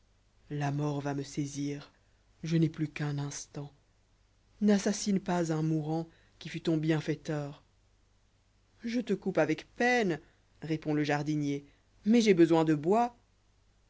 la mort va me saisir je n'ai plus qu'un instant n'assassine pas un mourant qui fut ton bienfaiteur je te coupe avec peine rép ond le jardinier mais j'ai besoin de bois